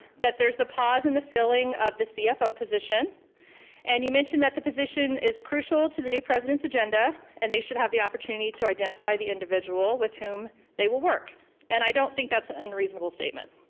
that there's a pause in the filling of the cfo position and you mentioned that the position is crucial to the new president's agenda and they should have the opportunity to identify the individual with whom they will work and i don't think that's an unreasonable statement.